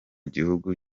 gihugu